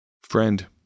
Friend